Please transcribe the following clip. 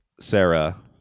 Sarah